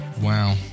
Wow